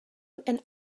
and